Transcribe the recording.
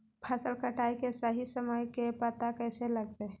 फसल कटाई के सही समय के पता कैसे लगते?